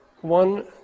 one